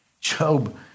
Job